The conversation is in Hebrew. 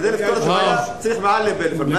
כדי לפתור את הבעיה, צריך מעל לטלפון.